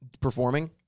performing